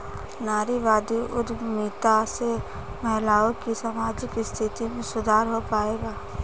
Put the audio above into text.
नारीवादी उद्यमिता से महिलाओं की सामाजिक स्थिति में सुधार हो पाएगा?